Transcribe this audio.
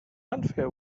unfair